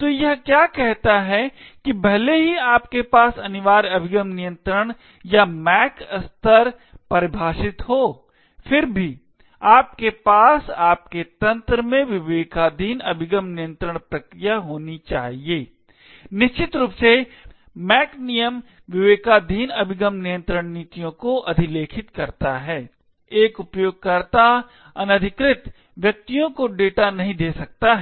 तो यह क्या कहता है कि भले ही आपके पास अनिवार्य अभिगम नियंत्रण या MAC स्तर परिभाषित हो फिर भी आपके पास आपके तंत्र में विवेकाधीन अभिगम नियंत्रण प्रक्रिया होनी चाहिए निश्चित रूप से MAC नियम विवेकाधीन अभिगम नियंत्रण नीतियों को अधिलेखित करता है एक उपयोगकर्ता अनधिकृत व्यक्तियों को डेटा नहीं दे सकता है